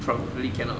probably cannot